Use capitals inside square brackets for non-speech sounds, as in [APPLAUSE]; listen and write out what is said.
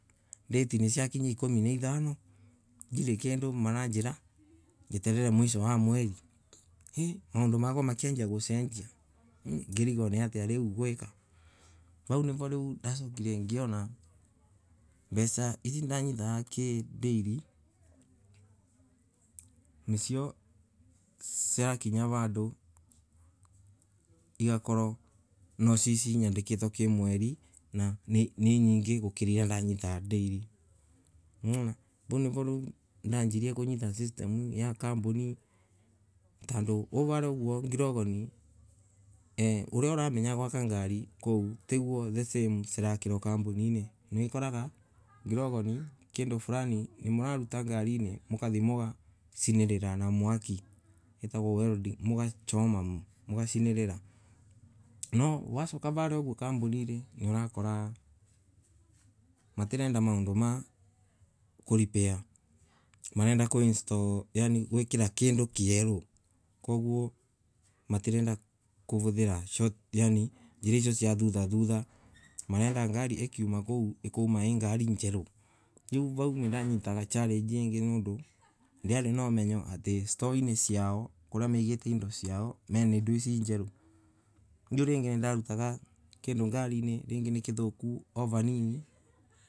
Date ciakinya ikumi na ithano ndiri na kindu andu marambira mbeterere mwisho wa mweli, iii maundu makwa makianjia kusenjia, ngirigwa natia riu ngweka vau nivo ndasokire ngiona mbesa iria nanyitaga daily nisio cia kinya vandu igakorwa nisio nyadikitie kimweli na nyingi gukira iria nanyitaga daily, niwona? vau nivo nonire ngianjia kunyita system ya kampuni tondu we varia gregon uria [HESITATION] uramenya gwaka ngari kou tiguo the same iraakarwa kampuni niokoraga gregon kindu furani nimuruta ngarire mukacina na mwaki no wasoka varia kampuniri matirenda maundu ma kurepair marenda gwikira kindu kieru kuvuthira short cut njira icio cia thutha marenda ngari ikiuma kou ikauma i ngari njeru riu vau nganyita challenge tondu ndirari na umenyo ati stoo ciao mena indo isio njeru. riu ringi nindarutaga kindu ngarire ringi ni kithoku vandu va Nini.